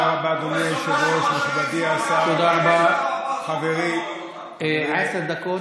אדוני היושב-ראש, מכובדי השר, עשר דקות, בבקשה.